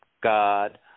God